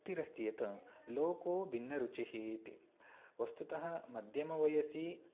उक्तिरस्ति यत् लोकोभिन्ना रुचिः इति वस्तुतः मध्यमवयसि